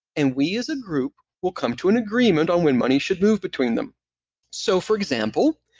and we as a group will come to an agreement on when money should move between them so, for example,